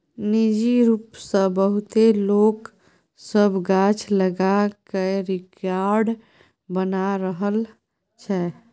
निजी रूप सँ बहुते लोक सब गाछ लगा कय रेकार्ड बना रहल छै